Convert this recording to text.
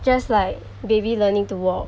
just like baby learning to walk